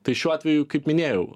tai šiuo atveju kaip minėjau